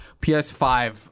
PS5